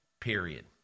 period